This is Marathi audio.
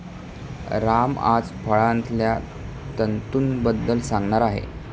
राम आज फळांतल्या तंतूंबद्दल सांगणार आहे